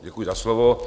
Děkuji za slovo.